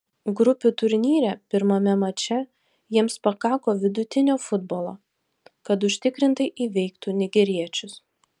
grupių turnyre pirmame mače jiems pakako vidutinio futbolo kad užtikrintai įveiktų nigeriečius